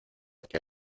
que